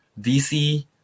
DC